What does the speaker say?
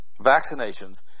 vaccinations